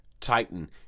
titan